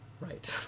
Right